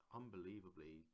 unbelievably